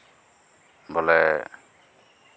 ᱵᱚᱞᱮ